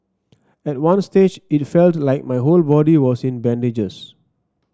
at one stage it felt like my whole body was in bandages